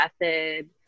method